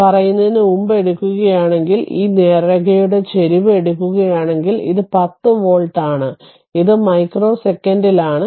അതിനാൽ പറയുന്നതിന് മുമ്പ് എടുക്കുകയാണെങ്കിൽ ഈ നേർരേഖയുടെ ചരിവ് എടുക്കുകയാണെങ്കിൽ ഇത് 10 വോൾട്ട് ആണ് ഇത് മൈക്രോ സെക്കന്റിലാണ്